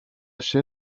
się